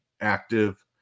active